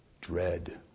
dread